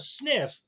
sniff